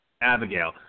Abigail